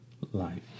life